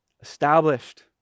Established